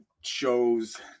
shows